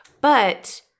but-